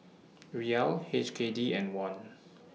Riyal H K D and Won